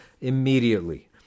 immediately